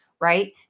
right